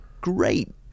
great